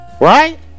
Right